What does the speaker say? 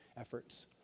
efforts